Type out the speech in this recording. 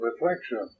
reflection